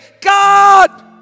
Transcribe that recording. God